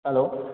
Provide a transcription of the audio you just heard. hello